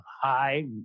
high